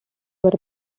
were